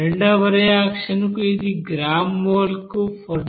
రెండవ రియాక్షన్ కు ఇది గ్రాము మోల్కు 47